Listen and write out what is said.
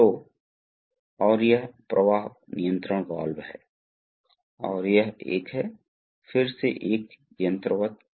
तो क्या हो रहा है कि यहाँ जलाशय से द्रव को खींचा जा रहा है और यहाँ तरल पदार्थ को आउटलेट में पहुंचाया जा रहा है